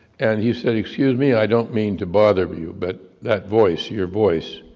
and he said, excuse me, i don't mean to bother you, but that voice, your voice,